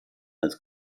als